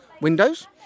windows